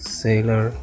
sailor